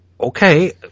Okay